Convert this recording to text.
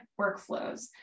workflows